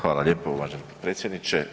Hvala lijepo uvaženi predsjedniče.